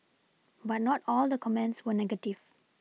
but not all the comments were negative